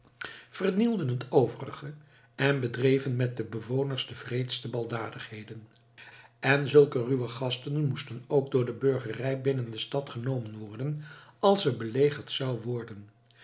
vernielden het overige en bedreven met de bewoners de wreedste baldadigheden en zulke ruwe gasten moesten ook door de burgerij binnen de stad genomen worden als ze belegerd zou worden